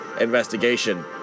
investigation